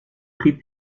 pris